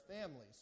families